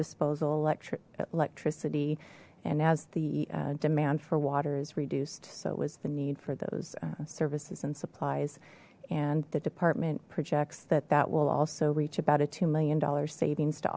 disposal electric electricity and as the demand for water is reduced so it was the need for those services and supplies and the department projects that that will also reach about a two million dollar savings to